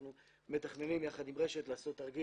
אנחנו מתכננים יחד עם רש"ת לעשות תרגיל.